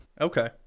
Okay